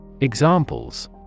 Examples